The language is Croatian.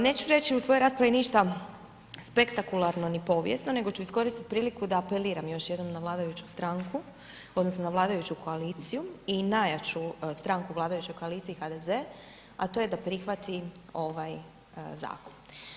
Neću reći u svoj raspravi ništa spektakularno, ni povijesno nego ću iskoristi priliku da apeliram još jednom na vladajuću stranku odnosno na vladajuću koaliciju i najjaču stranku u vladajućoj koaliciji HDZ, a to je da prihvati ovaj zakon.